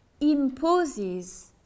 imposes